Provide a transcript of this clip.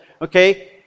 Okay